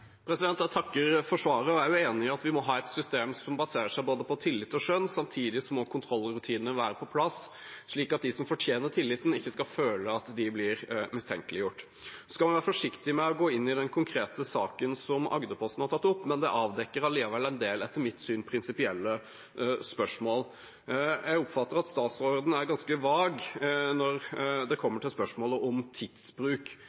Jeg takker for svaret. Jeg er enig i at vi må ha et system som baserer seg på både tillit og skjønn. Samtidig må kontrollrutinene være på plass, slik at de som fortjener tilliten, ikke skal føle at de blir mistenkeliggjort. Vi skal være forsiktige med å gå inn i den konkrete saken som Agderposten har tatt opp, men den avdekker likevel etter mitt syn en del prinsipielle spørsmål. Jeg oppfatter at statsråden er ganske vag når det